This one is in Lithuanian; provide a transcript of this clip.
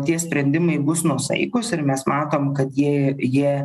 tie sprendimai bus nuosaikūs ir mes matom kad jie jie